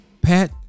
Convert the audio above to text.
Pat